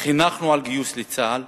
שמחנכת לגיוס לצה"ל,